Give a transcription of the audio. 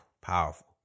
powerful